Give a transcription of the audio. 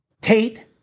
Tate